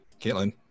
caitlin